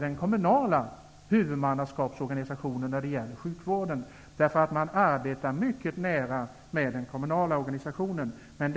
den kommunala huvudmannaskapsorganisationen när det gäller sjukvården, därför att man arbetar mycket nära den kommunala organisationen.